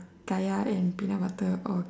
kaya and peanut butter or